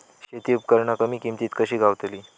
शेती उपकरणा कमी किमतीत कशी गावतली?